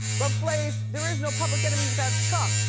but flav, there is no public enemy without chuck.